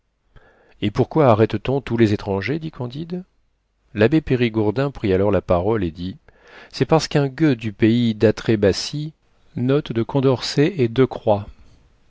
et pourquoi arrête t on tous les étrangers dit candide l'abbé périgourdin prit alors la parole et dit c'est parcequ'un gueux du pays d'atrébatie a